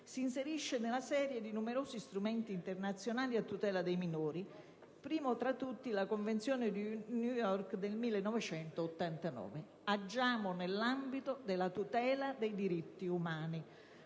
si inserisce nella serie di numerosi strumenti internazionali a tutela dei minori, primo tra tutti la Convenzione di New York del 1989. Agiamo nell'ambito della tutela dei diritti umani.